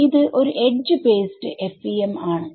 ഇത് ഒരു edge based FEM ആണ്